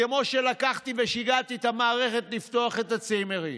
כמו שלקחתי ושיגעתי את המערכת לפתוח את הצימרים,